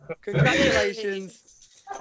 congratulations